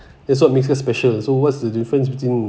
that's what makes us special so what's the difference between